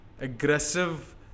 aggressive